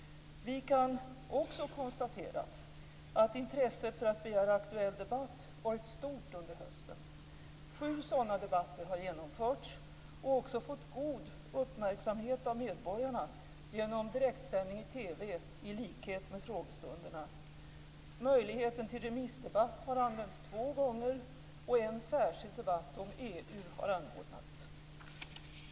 Vi kan också konstatera att intresset för att begära aktuell debatt varit stort under hösten. Sju sådana debatter har genomförts och också fått god uppmärksamhet av medborgarna genom direktsändning i TV, i likhet med frågestunderna. Möjligheten till remissdebatt har använts två gånger och en särskild debatt om EU har anordnats.